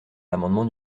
l’amendement